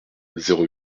zéro